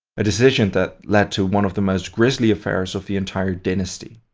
a decision that led to one of the most grisly affairs of the entire dynasty.